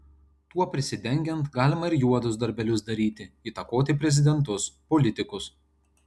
tuo prisidengiant galima ir juodus darbelius daryti įtakoti prezidentus politikus